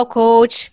coach